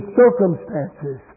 circumstances